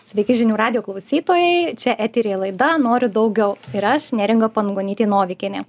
sveiki žinių radijo klausytojai čia eteryje laida noriu daugiau ir aš neringa pangonytė novikienė